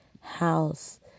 house